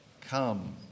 come